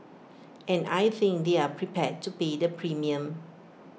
and I think they're prepared to pay the premium